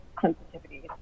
sensitivity